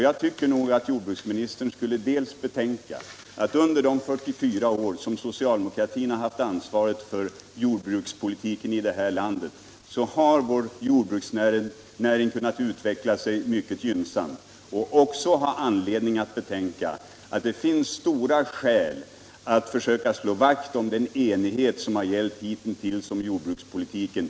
Jag tycker nog att jordbruksministern skulle betänka att under de 44 år som socialdemokratin haft ansvaret för jordbrukspolitiken i det här landet har vår jordbruksnäring utvecklat sig mycket gynnsamt, och också betänka att det finns 81 starka skäl att försöka slå vakt om den enighet som har gällt hitintills om jordbrukspolitiken.